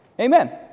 amen